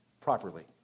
properly